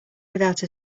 without